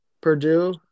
Purdue